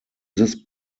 this